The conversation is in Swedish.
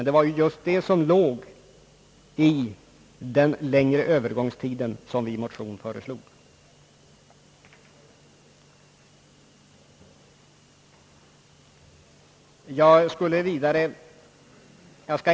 Det var just detta som låg i den längre övergångstid som vi föreslog i motionerna.